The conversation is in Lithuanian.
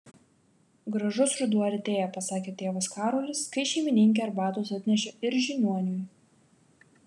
gražus ruduo artėja pasakė tėvas karolis kai šeimininkė arbatos atnešė ir žiniuoniui